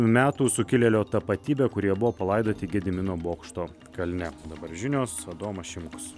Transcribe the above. metų sukilėlio tapatybę kurie buvo palaidoti gedimino bokšto kalne dabar žinios adomas šimkus